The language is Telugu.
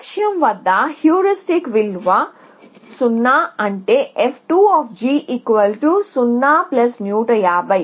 లక్ష్యం వద్ద హ్యూరిస్టిక్ విలువ 0 అంటే f20150150